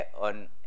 on